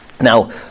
Now